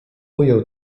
ujął